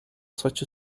such